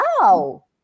Wow